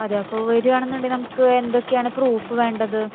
അതെയോ അപ്പം വരുകയാണെന്നുണ്ടെങ്കില് നമുക്ക് എന്തൊക്കെയാണ് പ്രൂഫ് വേണ്ടത്